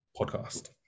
podcast